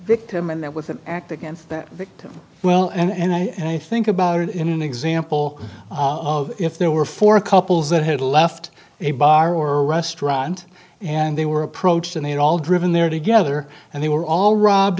victim and that with an act against the victim well and i think about it in an example if there were four couples that had left a bar or restaurant and they were approached and they'd all driven there together and they were all rubbed